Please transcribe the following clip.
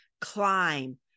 climb